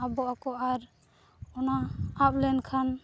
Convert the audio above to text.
ᱟᱵᱚᱜ ᱟᱠᱚ ᱟᱨ ᱚᱱᱟ ᱟᱵ ᱞᱮᱱᱠᱷᱟᱱ